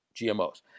GMOs